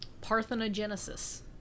Parthenogenesis